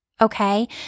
Okay